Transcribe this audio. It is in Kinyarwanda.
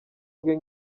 bwe